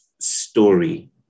story